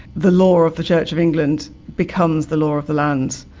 the law of the church of england, becomes the law of the land.